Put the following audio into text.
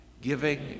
giving